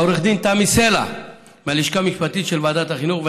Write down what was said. לעו"ד תמי סלע מהלשכה המשפטית של ועדת החינוך,